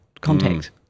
contact